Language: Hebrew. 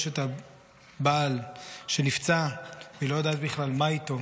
את הבעל שנפצע והיא לא יודעת בכלל מה איתו